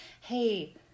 Hey